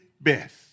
best